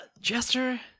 Jester